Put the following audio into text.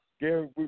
Gary